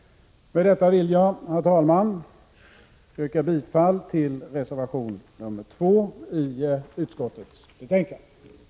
Med detta vill jag, herr talman, yrka bifall till reservation 2 i utskottets betänkande.